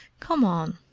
come on.